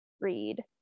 read